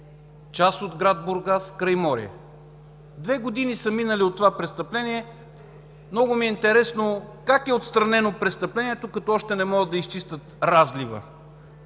част от град Бургас – Крайморие. Две години са минали от това престъпление. Много ми е интересно как е отстранено престъплението, след като още не могат да изчистят разлива?!